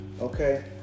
okay